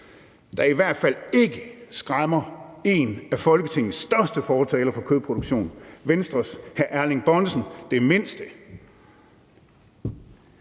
der i hvert fald ikke skræmmer en af Folketingets største fortalere for kødproduktion det mindste,